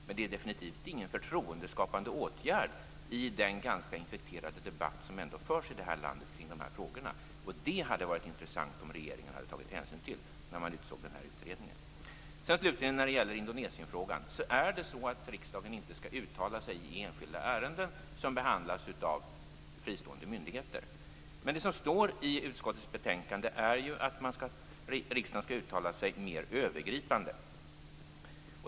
Men det är definitivt inte någon förtroendeskapande åtgärd i den ganska infekterade debatt som ändå förs i Sverige kring dessa frågor. Det hade varit intressant om regeringen hade tagit hänsyn till det när den utsåg utredningen. Slutligen till frågan om Indonesien. Riksdagen skall inte uttala sig i enskilda ärenden som behandlas av fristående myndigheter. Men det som står i utskottets betänkande är ju att riksdagen skall uttala sig mer övergripande.